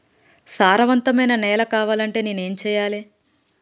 సారవంతమైన నేల కావాలంటే నేను ఏం చెయ్యాలే?